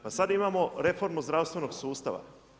Pa sad imamo reformu zdravstvenog sustava.